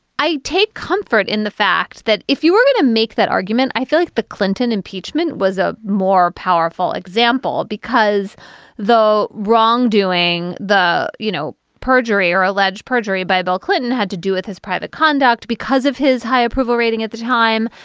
i take comfort in the fact that if you were going to make that argument, i feel like the clinton impeachment was a more powerful example, because though wrong, doing the, you know, perjury or alleged perjury by bill clinton had to do with his private conduct because of his high approval rating at the time.